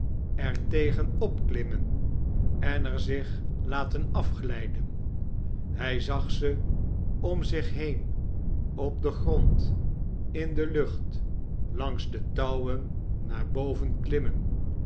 er tegen opklimmen en er zich laten afglijden hq zag ze om zich heen op den grond in de lucht langs de touwen naar boven klimmen